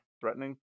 threatening